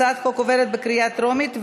הצעת החוק עוברת בקריאה טרומית,